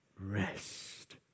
rest